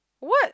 what